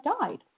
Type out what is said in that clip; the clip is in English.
died